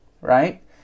right